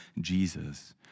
Jesus